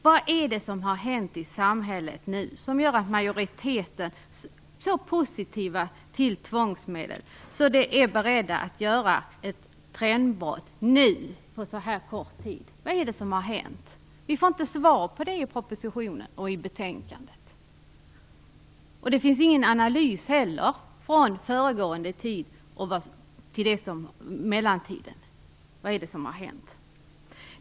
Vad är det som nu har hänt i samhället som gör att majoriteten är så positiv till tvångsmedel att man är beredd att på så kort tid göra ett trendbrott? Vad är det alltså som hänt? Vi får inget svar vare sig i propositionen eller i betänkandet. Det finns heller ingen analys av vad som hänt under mellantiden. Vad är det alltså som har hänt?